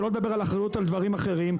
שלא נדבר על אחריות על דברים אחרים,